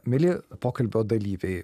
mieli pokalbio dalyviai